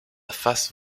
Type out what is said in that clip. face